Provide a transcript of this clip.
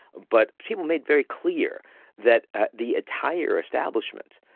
but people made very clear that the entire establishment,